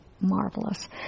marvelous